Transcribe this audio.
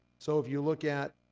so if you look at